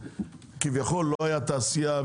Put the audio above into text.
כביכול לא הייתה תעשייה,